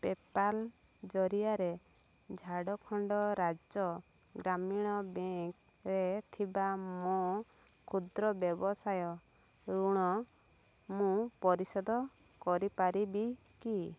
PayPal ଜରିଆରେ ଝାଡ଼ଖଣ୍ଡ ରାଜ୍ୟ ଗ୍ରାମୀଣ ବ୍ୟାଙ୍କ୍ରେ ଥିବା ମୋ କ୍ଷୁଦ୍ର ବ୍ୟବସାୟ ଋଣ ମୁଁ ପରିଶୋଧ କରିପାରିବି କି